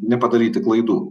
nepadaryti klaidų